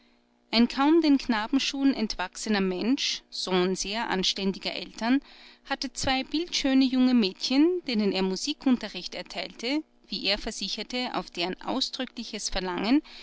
ein kaum den knabenschuhen entwachsener mensch sohn sehr anständiger eltern hatte zwei bildschöne junge mädchen denen er musikunterricht erteilte wie er versicherte auf deren ausdrückliches verlangen